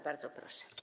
Bardzo proszę.